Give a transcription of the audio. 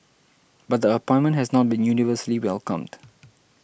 but the appointment has not been universally welcomed